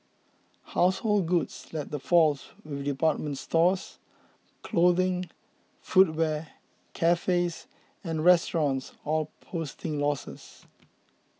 household goods led the falls with department stores clothing footwear cafes and restaurants all posting losses